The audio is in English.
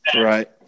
Right